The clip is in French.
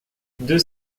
deux